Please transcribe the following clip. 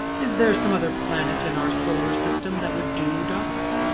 is there some other planet in our solar system that would do, doc?